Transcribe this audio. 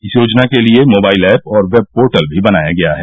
इस योजना के लिए मोबाइल ऐप और वेब पोर्टल भी बनाया गया है